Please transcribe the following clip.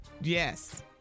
yes